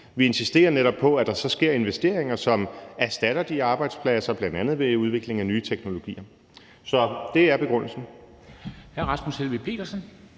Vi insisterer netop på, at der så sker investeringer, som erstatter de arbejdspladser, bl.a. ved udvikling af nye teknologier. Så det er begrundelsen.